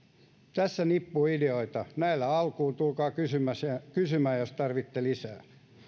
tässä nippu ideoita näillä alkuun tulkaa kysymään jos tarvitsette lisää